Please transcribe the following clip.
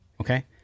Okay